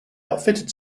outfitted